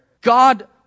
God